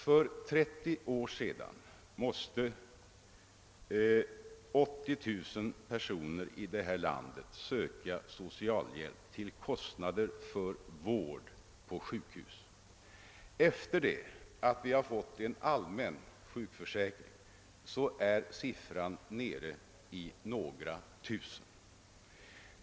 För 30 år sedan måste 80 000 personer i vårt land söka socialhjälp till kostnader för vård på sjukhus. Efter tillkomsten av en allmän sjukförsäkring är siffran nere i några tusen.